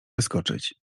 wyskoczyć